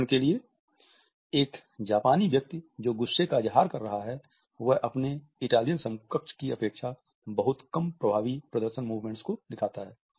उदाहरण के लिए एक जापानी व्यक्ति जो गुस्से का इज़हार कर रहा है वह अपने इटालियन समकक्ष की अपेक्षा बहुत कम प्रभावी प्रदर्शन मूवमेंट्स को दिखाता है